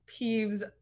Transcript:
peeves